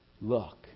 look